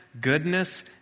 goodness